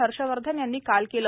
हर्षवर्धन यांनी काल केलं